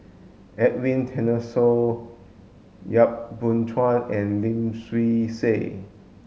Edwin Tessensohn Yap Boon Chuan and Lim Swee Say